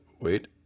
wait